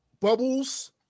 bubbles